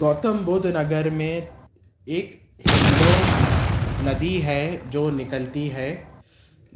گوتم بدھ نگر میں ایک ہندون ندی ہے جو نکلتی ہے